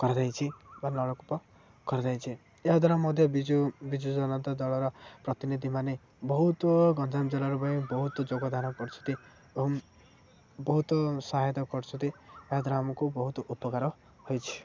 କରାଯାଇଛି ବା ନଳକୂପ କରାଯାଇଛି ଏହାଦ୍ୱାରା ମଧ୍ୟ ବିଜୁ ବିଜୁଜନତା ଦଳର ପ୍ରତିନିଧିମାନେ ବହୁତ ଗଞ୍ଜାମ ଜିଲ୍ଲାର ପାଇଁ ବହୁତ ଯୋଗଦାନ କରୁଛନ୍ତି ଏବଂ ବହୁତ ସହାୟତା କରୁଛନ୍ତି ଏହାଦ୍ୱାରା ଆମକୁ ବହୁତ ଉପକାର ହୋଇଛି